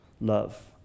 love